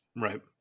Right